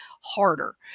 harder